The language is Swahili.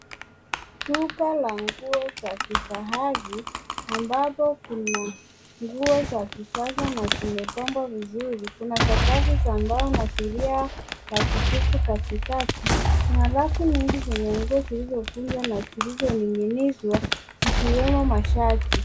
Duka la nguo za kifahari ambapo kuna nguo za kisasa na zimepangwa vizuri. Kuna sakafu za mbao na zulia za kijivu katikati. Kuna rafu nyingi zenye nguo zilizokunjwa na zilizoning'inizwa zikiwemo mashati.